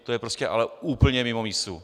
To je prostě úplně mimo mísu.